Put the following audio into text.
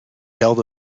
held